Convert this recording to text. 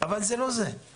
אבל זה לא זה.